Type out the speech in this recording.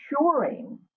assuring